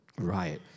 right